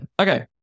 Okay